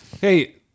Hey